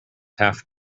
half